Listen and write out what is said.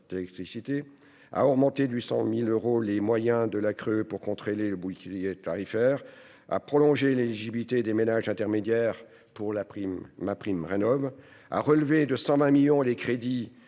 électricité ; à augmenter de 800 000 euros les moyens de la CRE pour contrôler le bouclier tarifaire ; à prolonger l'éligibilité des ménages intermédiaires à MaPrimeRénov' ; à relever de 120 millions d'euros les crédits